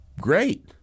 great